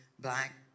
black